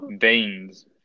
Veins